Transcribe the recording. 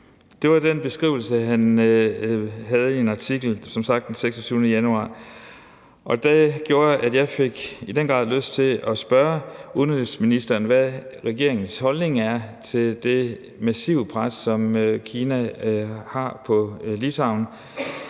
Det var den beskrivelse, han som sagt havde givet af det i en artikel den 24. januar, og den gjorde, at jeg i den grad fik lyst til at spørge udenrigsministeren om, hvad regeringens holdning er til det massive pres, som Kina lægger på Litauen,